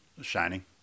Shining